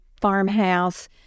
farmhouse